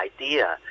idea